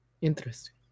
Interesting